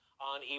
on